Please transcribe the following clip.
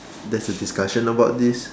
there's a discussion about this